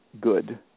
good